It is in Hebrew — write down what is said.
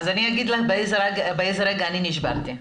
אני אומר לך באיזה רגע אני נשברתי.